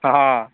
অঁ